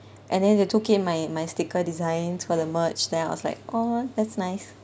and then they took in my my sticker designs for the merge then I was like oh that's nice